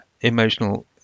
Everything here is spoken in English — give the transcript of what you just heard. emotional